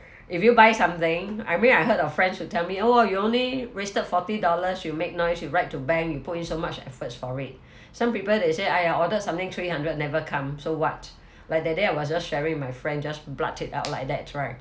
if you buy something I mean I heard of friends who tell me oh you only wasted forty dollars you make noise you write to bank you put in so much efforts for it some people they say I order something three hundred never come so what like that day I was just sharing with my friend just blurt it out like that right